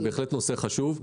זה בהחלט נושא חשוב.